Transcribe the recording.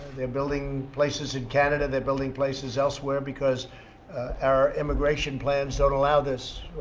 they're building places in canada. they're building places elsewhere because our immigration plans don't allow this.